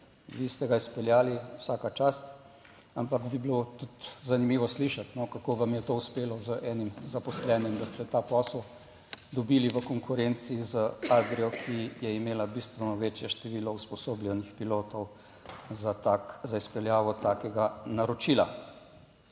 vi ste ga izpeljali, vsaka čast, ampak bi bilo tudi zanimivo slišati, kako vam je to uspelo z enim zaposlenim, da ste ta posel dobili v konkurenci z Adrio, ki je imela bistveno večje število usposobljenih pilotov za tak, za izpeljavo takega naročila?